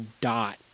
dot